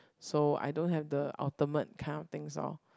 so I don't have the ultimate kind of things orh